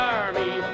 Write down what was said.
army